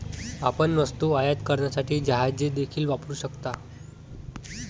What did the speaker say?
आपण वस्तू आयात करण्यासाठी जहाजे देखील वापरू शकता